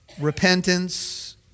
repentance